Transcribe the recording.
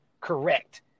correct